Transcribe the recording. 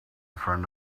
friend